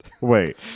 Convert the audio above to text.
Wait